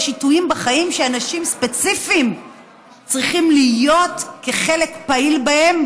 יש עיתויים בחיים שאנשים ספציפיים צריכים להיות חלק פעיל בהם,